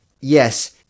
Yes